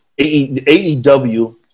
AEW